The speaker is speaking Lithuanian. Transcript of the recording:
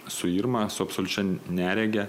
su irma su absoliučia nerege